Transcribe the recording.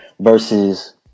versus